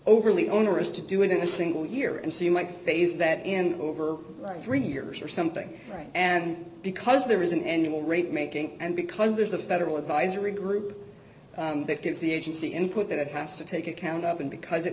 overly onerous to do it in a single year and so you might phase that in over three years or something right and because there is an annual rate making and because there's a federal advisory group that gives the agency input that it has to take account of and because it